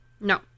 No